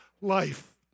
life